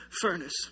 furnace